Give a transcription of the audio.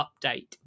update